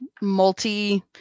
multi